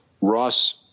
ross